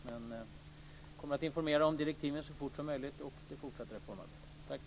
Jag kommer att informera om direktiven och det fortsatta reformarbetet så fort som möjligt.